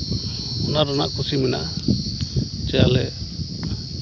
ᱚᱱᱟ ᱮᱱᱟᱜ ᱠᱩᱥᱤ ᱢᱮᱱᱟᱜᱼᱟ ᱡᱮ ᱟᱞᱮ